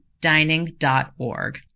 dining.org